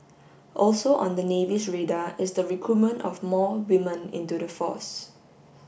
also on the navy's radar is the recruitment of more women into the force